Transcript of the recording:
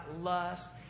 lust